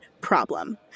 problem